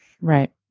Right